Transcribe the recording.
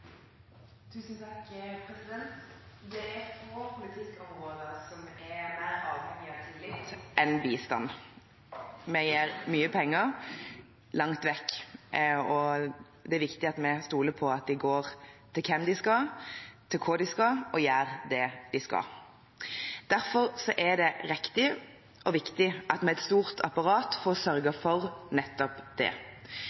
mer avhengig av tillit enn bistand. Vi gir mye penger langt vekk, og det er viktig at vi stoler på at de går til dem de skal, dit de skal, og gjør det de skal. Derfor er det riktig og viktig at vi har et stort apparat for å sørge